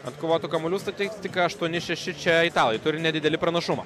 atkovotų kamuolių statistika aštuoni šeši čia italai turi nedidelį pranašumą